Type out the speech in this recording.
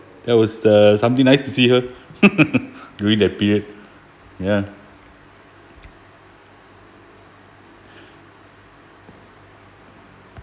that was uh something nice to see her during that period ya